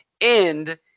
end